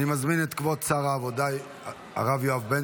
אני מזמין את כבוד שר העבודה הרב יואב בן